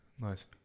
Nice